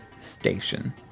station